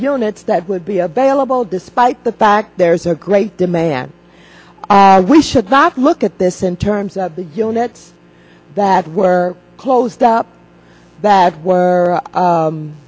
units that would be a bailable despite the fact there's a great demand we should not look at this in terms of the units that were closed up that were